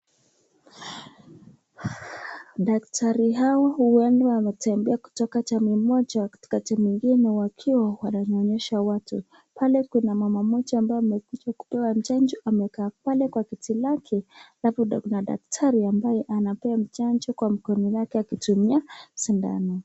Daktari hawa huenda wametembea katika jamii moja, wakati mwengine wakiwa wananyonyesha watu. Pale pana mama moja amabye amekuja kupewa chanjo amekaa pale kwa kiti lake alafu kuna daktari ambaye anampea chanjo kwa mkono yake akitumia sindano.